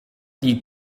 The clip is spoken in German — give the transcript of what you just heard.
die